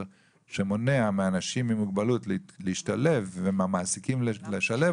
שמונע מאנשים עם מוגבלות להשתלב ומונע מהמעסיקים לשלב